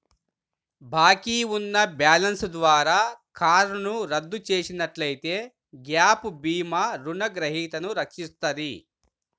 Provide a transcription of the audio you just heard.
బాకీ ఉన్న బ్యాలెన్స్ ద్వారా కారును రద్దు చేసినట్లయితే గ్యాప్ భీమా రుణగ్రహీతను రక్షిస్తది